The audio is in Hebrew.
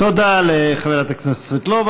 תודה לחברת הכנסת סבטלובה.